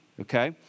okay